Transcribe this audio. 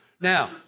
Now